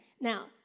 Now